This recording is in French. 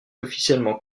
officiellement